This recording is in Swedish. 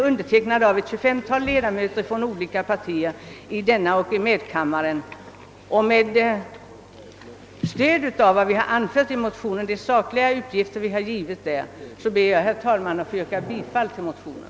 Med stöd av vad vi anfört i motionen och de sakliga uppgifter vi där har lämnat ber jag, herr talman, att få yrka bifall till motionen.